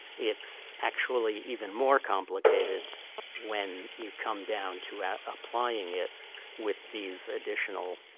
it's actually even more complicated when you come down to applying it with these additional